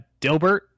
Dilbert